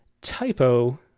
typo